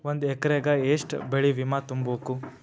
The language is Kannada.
ಒಂದ್ ಎಕ್ರೆಗ ಯೆಷ್ಟ್ ಬೆಳೆ ಬಿಮಾ ತುಂಬುಕು?